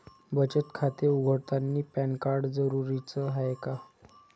बचत खाते उघडतानी पॅन कार्ड जरुरीच हाय का?